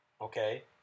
Okay